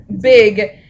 big